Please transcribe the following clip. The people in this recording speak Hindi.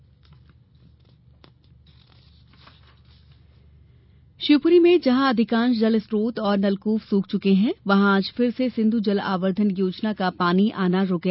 शिवपुरी जलसंकट शिवपुरी में जहां अधिकांश जलस्रोत और नलकूप सूख चुके हैं वहां आज फिर से सिंधु जल आवर्धन योजना का पानी आना रुक गया